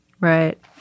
Right